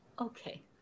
Okay